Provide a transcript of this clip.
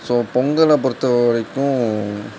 so பொங்கலை பொறுத்த வரைக்கும்